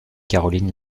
caroline